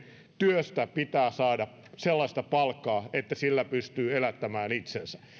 työstä pitää saada sellaista palkkaa että sillä pystyy elättämään itsensä